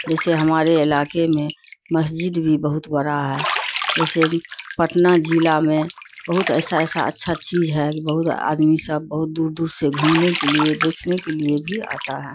جیسے ہمارے علاقے میں مسجد بھی بہت بڑا ہے جیسے پٹنہ ضلع میں بہت ایسا ایسا اچھا چیز ہے کہ بہت آدمی سب بہت دور دور سے گھومنے کے لیے دیکھنے کے لیے بھی آتا ہے